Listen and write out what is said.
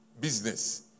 business